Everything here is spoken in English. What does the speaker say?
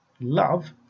love